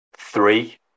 Three